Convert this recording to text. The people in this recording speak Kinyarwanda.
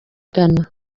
ghana